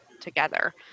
together